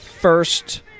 first